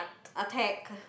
attack